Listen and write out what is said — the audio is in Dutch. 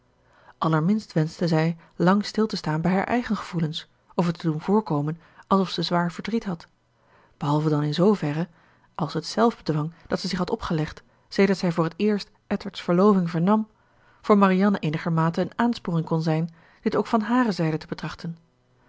allerminst wenschte zij lang stil te staan bij haar eigen gevoelens of het te doen voorkomen alsof zij zwaar verdriet had behalve dan in zooverre als het zelfbedwang dat zij zich had opgelegd sedert zij voor het eerst edward's verloving vernam voor marianne eenigermate eene aansporing kon zijn dit ook van hare zijde te betrachten